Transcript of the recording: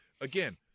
Again